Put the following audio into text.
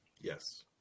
Yes